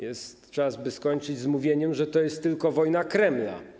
Jest czas, by skończyć z mówieniem, że to jest tylko wojna Kremla.